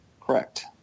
correct